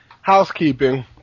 housekeeping